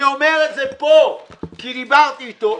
אני אומר את זה פה כי דיברתי איתו,